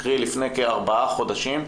קרי לפני ארבעה חודשים,